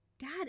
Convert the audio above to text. God